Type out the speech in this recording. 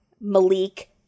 Malik